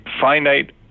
finite